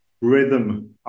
rhythm